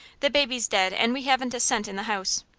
the baby's dead, and we haven't a cent in the house!